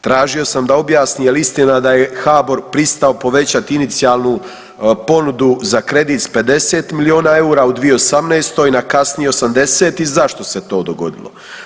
Tražio sam da objasni jel' istina da je HBOR pristao povećati inicijalnu ponudu za kredit sa 50 milijuna eura u 2018. na kasnije 80 i zašto se to dogodilo.